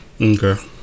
Okay